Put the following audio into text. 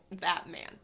batman